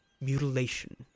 mutilation